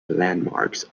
landmarks